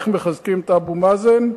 איך מחזקים את אבו מאזן?